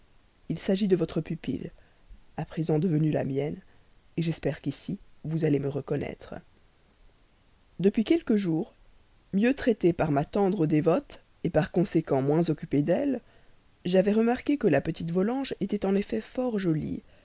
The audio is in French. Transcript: il s'agit de votre pupille à présent devenue la mienne j'espère qu'ici vous allez me reconnaître depuis quelques jours mieux traité par ma tendre dévote par conséquent moins occupé d'elle j'avais remarqué que la petite volanges était en effet fort jolie